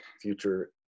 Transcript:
future